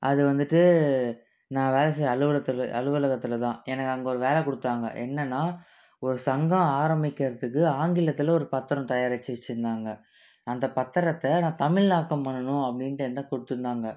அது வந்துவிட்டு நான் வேலை செய்யற அலுவலகத்தில் அலுவலகத்தில்தான் எனக்கு அங்கே ஒரு வேலை கொடுத்தாங்க என்னன்னா ஒரு சங்கம் ஆரம்பிக்கிறத்துக்கு ஆங்கிலத்தில் ஒரு பத்தரம் தயாரிச்சு வச்சுருந்தாங்க அந்த பத்தரத்தை நான் தமிழாக்கம் பண்ணணும் அப்படின்ட்டு என்கிட்ட குடுத்திருத்தாங்க